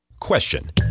Question